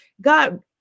God